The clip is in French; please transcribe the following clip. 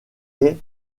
est